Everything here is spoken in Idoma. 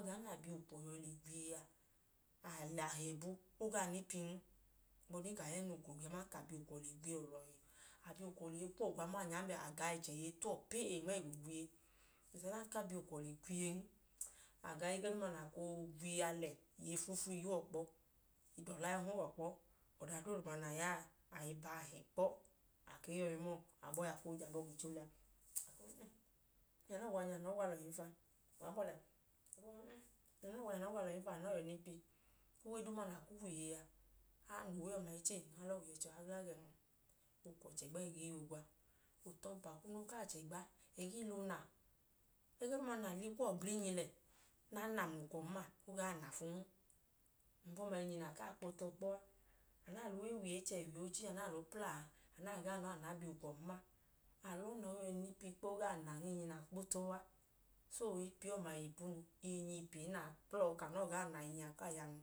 Adanka a bi ukwọ ne i le gwiye a, a lẹ ahẹ bu o gaa nipin. Ohigbu ọdin ka a ya mla ukwọ aman ka a bi ukwọ le gwiye o lọhi. A bi ukwọ lẹ iye kuwọ gwa, mọọ, a nyanbẹ, a ga ẹchẹ, iye ta uwọ pee nma ẹga ogwiye. Bẹt adanka a bi ukwọ le gwiyen, a ga, ẹgẹduuma na koo gwiye a lẹ, iye flu-flu i ya uwọ kpọ. Idọla i hẹ uwọ kpọ. Ọda dooduma na ya a, a i bu ahẹ kpọ. A ke i yọi ma ọọ. A koo je abọ gicho liya, a ka uhum, iye nẹ anọọ gwa nya anọọ i gwa lọhin fa. Anọọ i nipi. Uwe duuma na kwu wiye a, a na uwe ọma ẹchi een, a lọọ wiye ẹchi ọha gla gẹn. Ohigbu ka ukwọ chẹgba ẹga iye oogwa. Otọmpa kunu, o kaa chẹgba ẹgiyi ili oona. Ẹgọduuma nẹ a lẹ ili kuwọ blinyi lẹ, na na mla ukwọn ma, o gaa na fun. Ohigbu ọma, inyi na kaa kpo tọ kpọ a. A naa lẹ uwe wiye ichẹ, wiye oochi, a naa lọọ pla a, a naa gaa na ọọ, anaa bi ukwọn ma, a lọọ na, o yọi nipi kpọ. O gaa nan, inyi na kpo tọ kpọ a. So, ipi ọma yọ ipunu. Inyi na pla ọọ ka anọọ gaa na a, inyi a yọ anu.